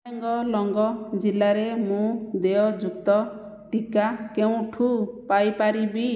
ତାମେଙ୍ଗଲଙ୍ଗ ଜିଲ୍ଲାରେ ମୁଁ ଦେୟଯୁକ୍ତ ଟିକା କେଉଁଠାରୁ ପାଇପାରିବି